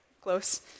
Close